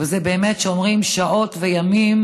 ובאמת, כשאומרים "שעות וימים"